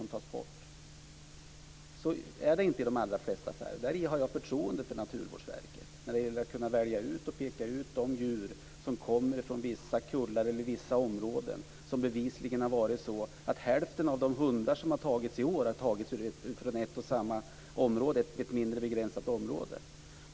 Men så är det inte i de allra flesta fall. Jag har förtroende för Naturvårdsverket när det gäller att välja och peka ut djur som kommer från vissa kullar eller vissa områden. Bevisligen har hälften av de hundar som tagits i år tagits från ett och samma område, ett mindre begränsat område.